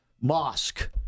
mosque